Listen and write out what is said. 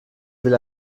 will